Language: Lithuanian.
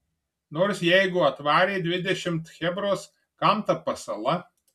nors jeigu atvarė dvidešimt chebros kam ta pasala